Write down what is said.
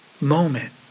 moment